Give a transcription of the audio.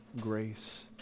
grace